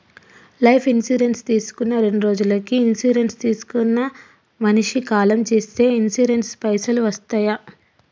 Life insurance తీసుకున్న రెండ్రోజులకి insurance తీసుకున్న మనిషి కాలం చేస్తే ఇన్సూరెన్స్ పైసల్ వస్తయా?